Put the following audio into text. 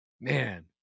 man